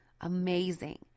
Amazing